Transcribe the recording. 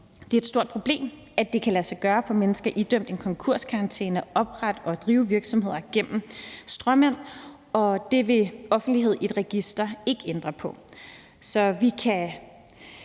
Det er et stort problem, at det kan lade sig gøre for mennesker idømt en konkurskarantæne at oprette og drive virksomheder gennem stråmænd, og det vil offentlighed i et register ikke ændre på.